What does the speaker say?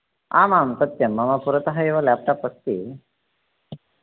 आम् आम् सत्यम् मम् पुरतः एव लेप्टाप् अस्ति